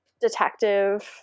detective